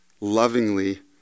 lovingly